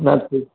નથી